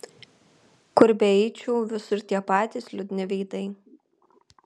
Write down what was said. kur beeičiau visur tie patys liūdni veidai